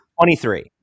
23